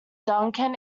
duncan